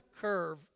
curve